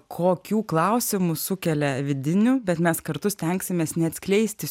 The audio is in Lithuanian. kokių klausimų sukelia vidinių bet mes kartu stengsimės neatskleisti